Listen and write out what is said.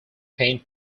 paint